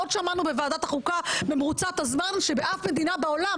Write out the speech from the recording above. עוד שמענו בוועדת החוקה במרוצת הזמן שבאף מדינה בעולם